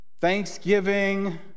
Thanksgiving